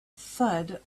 thud